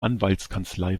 anwaltskanzlei